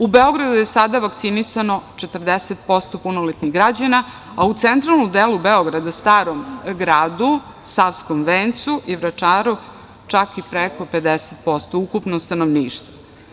U Beogradu je sada vakcinisano 40% punoletnih građana, a u centralnom delu Beograda, Starom gradu, Savskom vencu i Vračaru čak i preko 50% ukupno stanovništva.